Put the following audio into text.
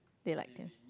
they like